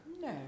No